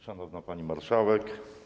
Szanowna Pani Marszałek!